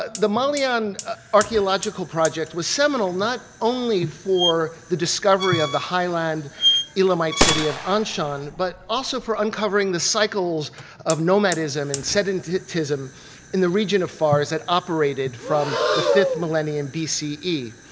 the malyan archaeological project was seminal not only for the discovery of the highland elamite city of anshan, but also for uncovering the cycles of nomadism and sedentism in the region of fars that operated from the fifth millennium bce.